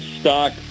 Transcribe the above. stock